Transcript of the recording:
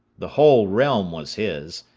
the whole realm was his.